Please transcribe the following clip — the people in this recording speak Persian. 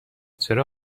چرا